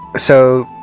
so,